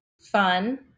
fun